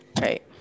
Right